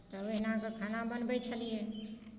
तऽ ओहिनाके खाना बनबै छलियै